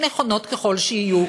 נכונים ככל שיהיו,